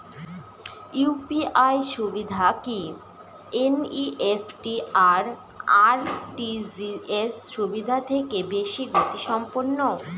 UPI সুবিধা কি NEFT আর আর.টি.জি.এস সুবিধা থেকে বেশি গতিসম্পন্ন?